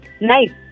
nice